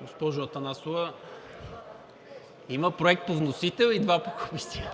госпожо Атанасова, има проект по вносител и два по Комисия.